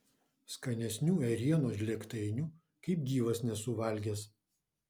skanesnių ėrienos žlėgtainių kaip gyvas nesu valgęs